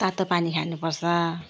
तातो पानी खानुपर्छ